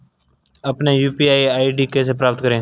अपना UPI ID कैसे प्राप्त करें?